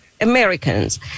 Americans